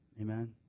Amen